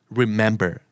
remember